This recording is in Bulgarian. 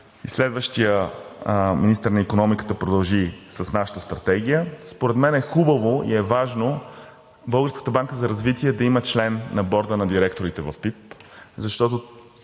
следващият министър на икономиката продължи с нашата стратегия, според мен е хубаво и е важно Българската банка за развитие да има член на Борда на директорите в ПИБ, защото